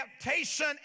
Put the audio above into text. adaptation